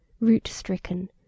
root-stricken